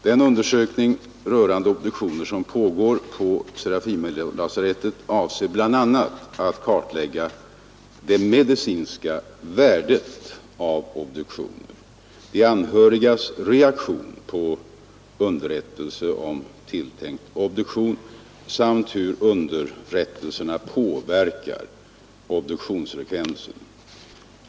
Den undersökning rörande obduktioner som pågår på Serafimerlasarettet avser bl.a. att kartlägga det medicinska värdet av obduktioner, de anhörigas reaktion på underrättelse om tilltänkt obduktion samt hur underrättelserna påverkar obduktionsfrekvensen.